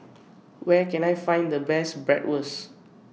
Where Can I Find The Best Bratwurst